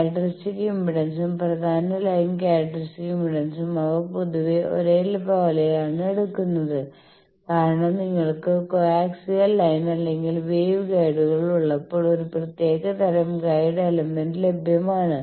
characteristic ഇംപെഡൻസും പ്രധാന line characteristic ഇംപെഡൻസും അവ പൊതുവെ ഒരേ പോലെയാണ് എടുക്കുന്നത് കാരണം നിങ്ങൾക്ക് കോആക്സിയൽ ലൈൻ അല്ലെങ്കിൽ വേവ് ഗൈഡുകൾ ഉള്ളപ്പോൾ ഒരു പ്രത്യേക തരം ഗൈഡ് എലമെന്റ് ലഭ്യമാണ്